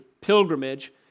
pilgrimage